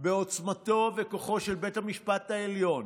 אני מסיים, בעוצמתו וכוחו של בית המשפט העליון